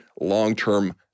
long-term